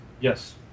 Yes